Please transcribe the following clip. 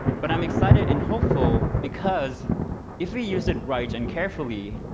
but i'm excited and hopeful, because if we use it right and carefully,